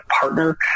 partner